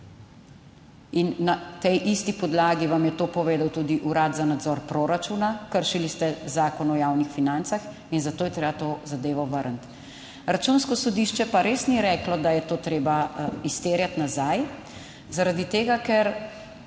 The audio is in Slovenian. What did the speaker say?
in na tej isti podlagi vam je to povedal tudi Urad za nadzor proračuna, kršili ste Zakon o javnih financah in zato je treba to zadevo vrniti. Računsko sodišče pa res ni reklo, da je to treba izterjati nazaj, zaradi tega, ker